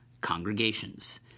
congregations